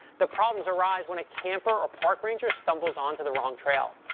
the problems arise when a camper or park ranger stumbles onto the wrong trail.